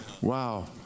Wow